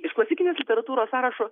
iš klasikinės literatūros sąrašo